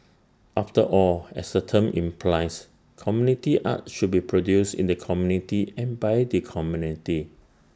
after all as the term implies community arts should be produced in the community and by the community